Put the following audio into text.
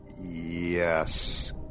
yes